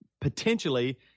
potentially